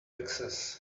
access